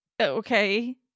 Okay